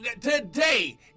Today